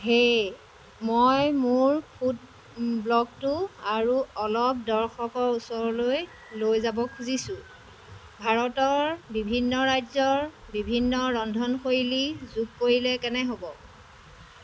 হেই মই মোৰ ফুড ব্লগটো আৰু অলপ দৰ্শকৰ ওচৰলৈ লৈ যাব খুজিছোঁ ভাৰতৰ বিভিন্ন ৰাজ্যৰ বিভিন্ন ৰন্ধনশৈলী যোগ কৰিলে কেনে হ'ব